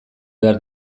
behar